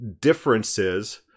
differences